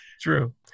True